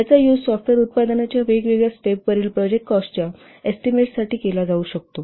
याचा use software उत्पादनाच्या वेगवेगळ्या स्टेपवरील प्रोजेक्ट कॉस्टच्या एस्टीमेट साठी केला जाऊ शकतो